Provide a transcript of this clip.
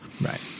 Right